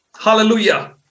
hallelujah